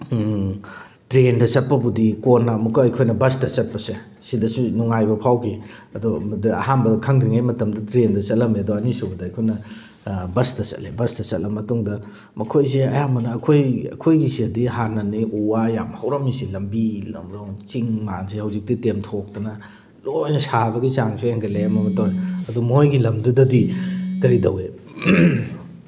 ꯇ꯭ꯔꯦꯟꯗ ꯆꯠꯄꯕꯨꯗꯤ ꯀꯣꯟꯅ ꯑꯃꯨꯛꯀ ꯑꯩꯈꯣꯏꯒꯤ ꯕꯁꯇ ꯆꯠꯄꯁꯦ ꯁꯤꯗꯁꯨ ꯅꯨꯡꯉꯥꯏꯕ ꯐꯥꯎꯈꯤ ꯑꯗꯨꯗ ꯑꯍꯥꯟꯕ ꯈꯪꯗ꯭ꯔꯤꯉꯩ ꯃꯇꯝꯗꯨꯗ ꯇ꯭ꯔꯦꯟꯗ ꯆꯠꯂꯝꯃꯦ ꯑꯗꯣ ꯑꯅꯤꯁꯨꯕꯗ ꯑꯩꯈꯣꯏꯅ ꯕꯁꯇ ꯆꯠꯂꯦ ꯕꯁꯇ ꯆꯠꯂ ꯃꯇꯨꯡꯗ ꯃꯈꯣꯏꯁꯦ ꯑꯌꯥꯝꯕꯅ ꯑꯩꯈꯣꯏ ꯑꯩꯈꯣꯏꯒꯤ ꯁꯤꯗꯗꯤ ꯍꯥꯟꯅꯅꯦ ꯎ ꯋꯥ ꯌꯥꯝ ꯍꯧꯔꯝꯃꯤ ꯁꯦ ꯂꯝꯕꯤ ꯂꯝꯂꯣꯡ ꯆꯤꯡ ꯃꯥꯟꯁꯤ ꯍꯧꯖꯤꯛꯇꯤ ꯇꯦꯝꯊꯣꯛꯇꯅ ꯂꯣꯏꯅ ꯁꯥꯕꯒꯤ ꯆꯥꯡꯁꯨ ꯍꯦꯟꯒꯠꯂꯛꯂꯦ ꯑꯃꯃ ꯇꯧꯔꯦ ꯑꯗꯨ ꯃꯣꯏꯒꯤ ꯂꯝꯗꯨꯗꯗꯤ ꯀꯔꯤ ꯇꯧꯋꯦ